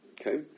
Okay